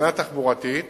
מבחינה תחבורתית